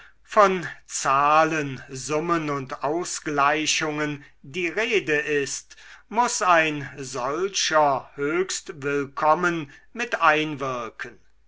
von zahlen summen und ausgleichungen die rede ist muß ein solcher höchst willkommen mit einwirken